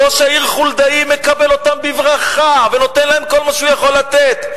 ראש העיר חולדאי מקבל אותם בברכה ונותן להם כל מה שהוא יכול לתת.